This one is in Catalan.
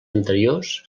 anteriors